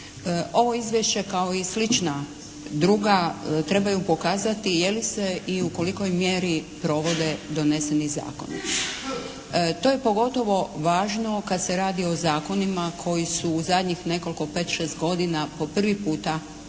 Ovo izvješće kao i slična druga trebaju pokazati je li se i u kolikoj mjeri provode doneseni zakoni. To je pogotovo važno kada se radi o zakonima koji su u zadnjih nekoliko, pet-šest godina po prvi puta doneseni